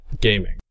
gaming